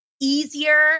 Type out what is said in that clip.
easier